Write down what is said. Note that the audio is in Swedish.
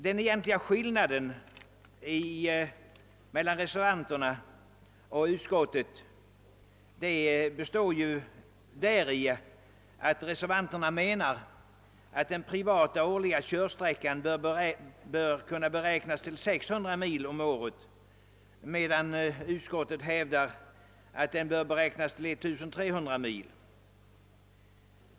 Den egentliga skillnaden mellan reservanternas förslag och utskottets består däri, att reservanterna anser att den årliga körsträckan vid privatkörning bör beräknas till 600 mil om året, medan utskottet hävdar att den bör beräknas till 1300 mil.